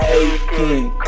aching